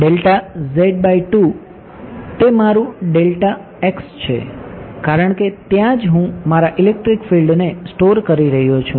તે મારૂ છે કારણકે ત્યાં જ હું મારા ઇલેક્ટ્રિક ફિલ્ડને સ્ટોર કરી રહ્યો છું